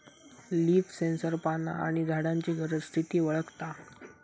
leaf sensor पाना आणि झाडांची गरज, स्थिती वळखता